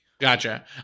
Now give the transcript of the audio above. Gotcha